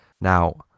Now